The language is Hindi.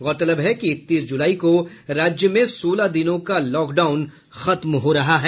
गौरतलब है कि इकतीस जुलाई को राज्य में सोलह दिनों का लॉकडाउन खत्म हो रहा है